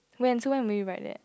when so when will we ride that